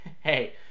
hey